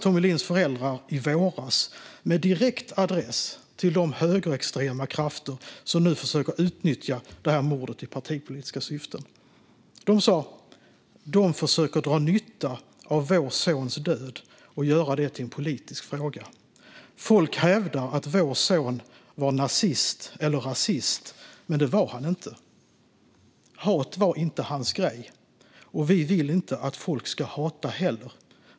Tommie Lindhs föräldrar sa i våras, med direkt adress till de högerextrema krafter som nu försöker utnyttja detta mord i partipolitiska syften: De försöker dra nytta av vår sons död och göra den till en politisk fråga. Folk hävdar att vår son var nazist eller rasist. Men det var han inte. Hat var inte hans grej. Och vi vill inte att folk ska hata heller.